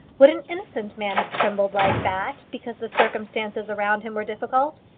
would an innocent man have trembled like that because the circumstances around him were difficult?